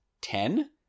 Ten